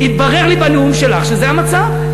התברר לי בנאום שלך שזה המצב.